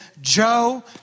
Joe